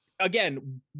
again